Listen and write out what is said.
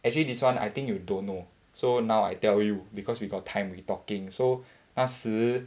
actually this [one] I think you don't know so now I tell you because we got time we talking so 那时